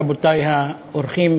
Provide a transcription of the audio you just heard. רבותי האורחים,